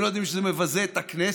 אתם לא יודעים שזה מבזה את הכנסת?